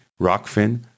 Rockfin